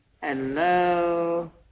Hello